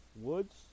Woods